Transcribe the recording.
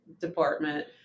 department